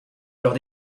lors